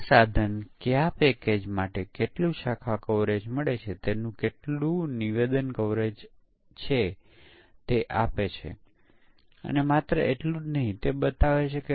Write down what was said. તેથી સમકક્ષ પાર્ટીશનમાં દેખીતી રીતે દરેક દૃશ્ય એક અલગ સમકક્ષ વર્ગ છે